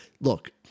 Look